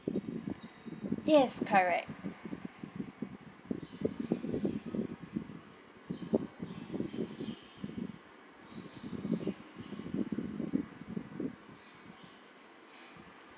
yes correct